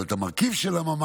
אבל את המרכיב של הממ"ד,